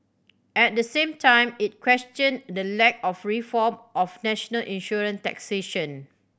at the same time it questioned the lack of reform of national insurance taxation